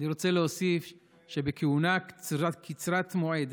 אני רוצה להוסיף שבכהונה קצרת מועד,